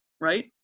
right